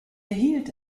erhielt